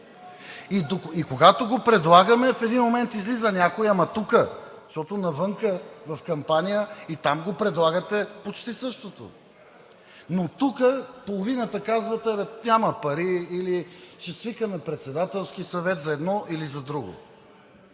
И когато го предлагаме, в един момент излиза някой, ама тук, защото навън в кампания и там го предлагате почти същото, но тук половината казвате: абе няма пари; или ще свикаме Председателски съвет за едно или за друго.